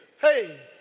hey